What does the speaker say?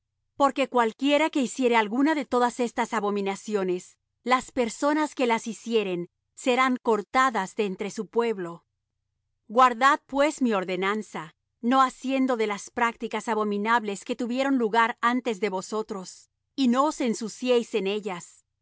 porque cualquiera que hiciere alguna de todas estas abominaciones las personas que las hicieren serán cortadas de entre su pueblo guardad pues mi ordenanza no haciendo de las prácticas abominables que tuvieron lugar antes de vosotros y no os ensuciéis en ellas